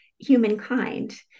humankind